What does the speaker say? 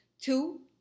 two